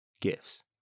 gifts